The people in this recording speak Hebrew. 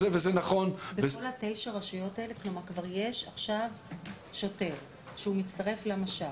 בכל תשע הרשויות האלה כבר יש עכשיו שוטר שהוא מצטרף למש"ק.